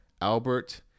Albert